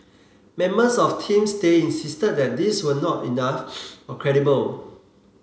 members of Team Stay insisted that these were not enough or credible